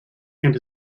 and